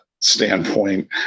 standpoint